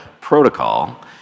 protocol